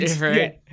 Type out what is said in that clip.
Right